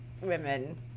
women